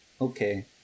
Okay